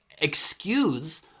excuse